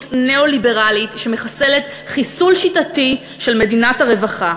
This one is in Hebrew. ניאו-ליברלית המחסלת חיסול שיטתי את מדינת הרווחה,